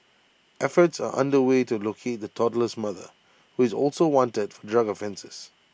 efforts are under way to locate the toddler's mother who is also wanted for drug offences